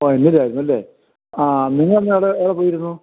O ഇന്നലെയായിരുന്നല്ലേ ആ നിങ്ങളന്നെവിടെ എവിടെ പോയിരുന്നു